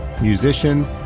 musician